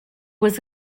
was